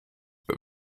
that